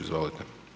Izvolite.